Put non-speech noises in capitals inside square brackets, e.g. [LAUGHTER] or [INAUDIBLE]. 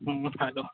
[UNINTELLIGIBLE]